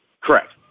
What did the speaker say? correct